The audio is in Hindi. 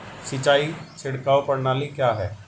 सिंचाई छिड़काव प्रणाली क्या है?